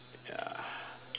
ya